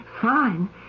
Fine